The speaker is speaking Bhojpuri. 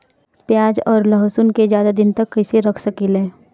प्याज और लहसुन के ज्यादा दिन तक कइसे रख सकिले?